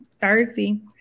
Thursday